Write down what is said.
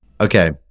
Okay